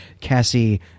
Cassie